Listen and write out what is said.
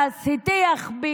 בהצלחה